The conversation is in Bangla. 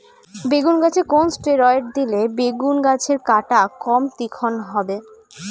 বেগুন গাছে কোন ষ্টেরয়েড দিলে বেগু গাছের কাঁটা কম তীক্ষ্ন হবে?